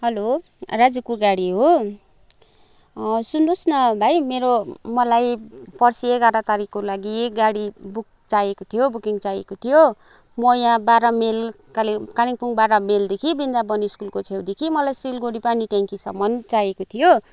hello राजुको गाडी हो सुन्नुहोस् न भाइ मेरो मलाई पर्सि एघार तारिकको लागि गाडी बुक चाहिएको थियो बुकिङ चाहिएको थियो म यहाँ बाह्र माइल कालि कालिम्पोङ बाह्र माइलदेखि वृन्दावन स्कुलको छेउदेखि मलाई सिलगढी पानीट्याङ्कीसम्म चाहिएको थियो